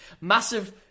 massive